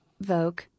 Vogue